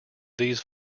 these